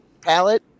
palette